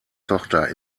tochter